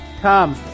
Come